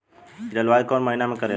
जलवायु कौन महीना में करेला?